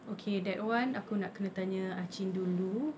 okay that one aku kena tanya achin dulu